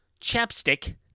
chapstick